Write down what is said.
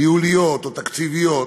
ניהוליות או תקציביות.